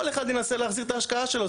כל אחד ינסה להחזיר את ההשקעה שלו,